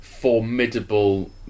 formidable